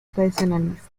tradicionalistas